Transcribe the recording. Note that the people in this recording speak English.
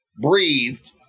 breathed